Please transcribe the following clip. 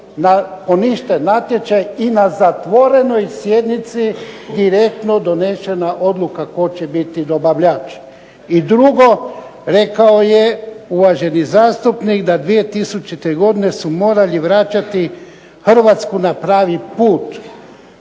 je poništen natječaj i na zatvorenoj sjednici direktno donešena odluka tko će biti dobavljač. I drugo, rekao je uvaženi zastupnik da 2000. godine su morali vraćati Hrvatsku na pravi put.